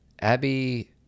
Abby